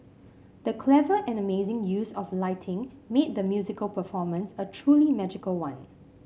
the clever and amazing use of lighting made the musical performance a truly magical one